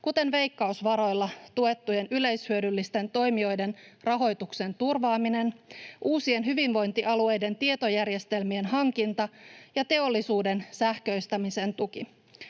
kuten veikkausvaroilla tuettujen yleishyödyllisten toimijoiden rahoituksen turvaaminen, uusien hyvinvointialueiden tietojärjestelmien hankinta ja teollisuuden sähköistämisen tuki.